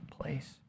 place